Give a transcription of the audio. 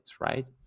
right